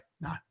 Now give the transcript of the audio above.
no